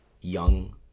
young